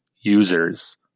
users